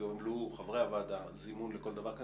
חברי הוועדה, תקבלו זימון לכל דבר.